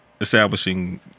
establishing